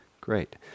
great